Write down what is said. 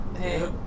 hey